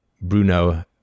Bruno